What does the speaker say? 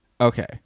Okay